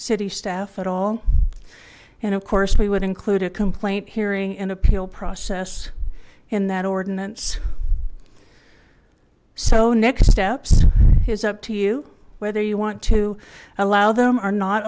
city staff at all and of course we would include a complaint hearing an appeal process in that ordinance so nick steps is up to you whether you want to allow them or not